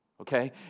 Okay